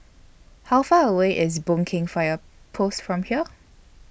How Far away IS Boon Keng Fire Post from here